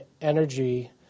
energy